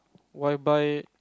while by